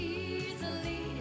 easily